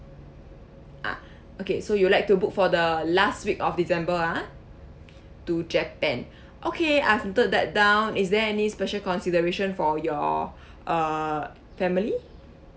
ah okay so you like to book for the last week of december ah to japan okay I've noted that down is there any special consideration for your uh family